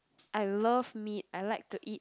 I love meat I like to eat